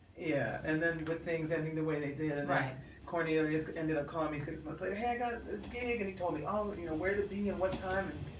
yeah and then good things ending the way they did and cornelius ended up calling me six months later hey i got skinny again he told me all you know where to be and what time